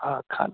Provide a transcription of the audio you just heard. हाँ खालें